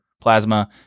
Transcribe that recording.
Plasma